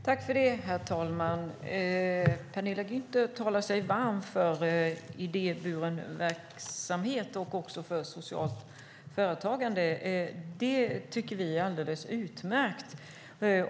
Herr talman! Penilla Gunther talar sig varm för idéburen verksamhet och för socialt företagande. Det tycker vi är alldeles utmärkt.